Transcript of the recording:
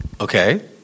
Okay